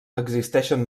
existeixen